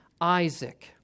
Isaac